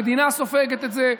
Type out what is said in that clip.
המדינה סופגת את זה.